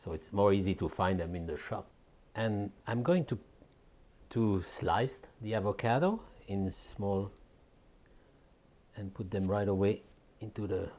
so it's more easy to find them in the shop and i'm going to to slice the avocado in the small and put them right away into the